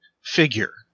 figure